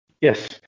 Yes